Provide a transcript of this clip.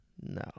No